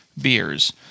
beers